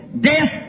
death